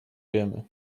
wiemy